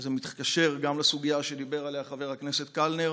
וזה מתקשר גם לסוגיה שדיבר עליה חבר הכנסת קלנר